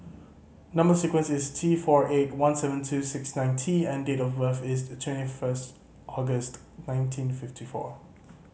number sequence is T four eight one seven two six nine T and date of birth is twenty first August nineteen fifty four